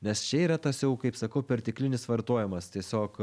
nes čia yra tas jau kaip sakau perteklinis vartojimas tiesiog